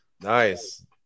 Nice